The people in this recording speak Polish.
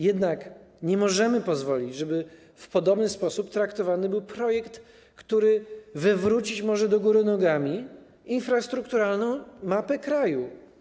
Jednak nie możemy sobie pozwolić, żeby w podobny sposób traktowany był projekt, który wywrócić może do góry nogami infrastrukturalną mapę kraju.